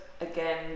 again